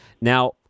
Now